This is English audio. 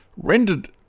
...rendered